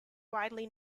widely